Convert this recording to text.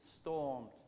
stormed